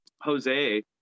Jose